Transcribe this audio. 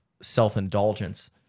self-indulgence